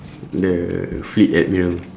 the fleet admiral